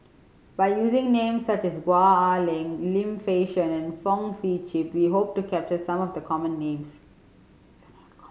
by using names such as Gwee Ah Leng Lim Fei Shen and Fong Sip Chee we hope to capture some of the common names